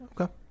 Okay